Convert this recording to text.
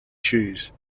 shoes